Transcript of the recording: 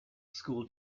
school